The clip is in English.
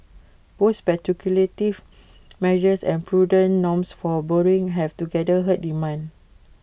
both speculative measures and prudent norms for borrowing have together hurt demand